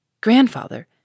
Grandfather